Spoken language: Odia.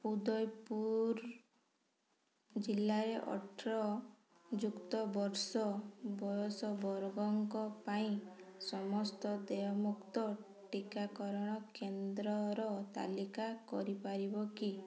ଉଦୟପୁର ଜିଲ୍ଲାରେ ଅଠର ଯୁକ୍ତ ବର୍ଷ ବୟସ ବର୍ଗଙ୍କ ପାଇଁ ସମସ୍ତ ଦେୟମୁକ୍ତ ଟିକାକରଣ କେନ୍ଦ୍ରର ତାଲିକା କରିପାରିବ କି